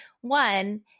One